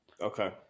Okay